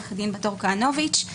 עורכת הדין בת-אור כהנוביץ',